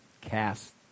cast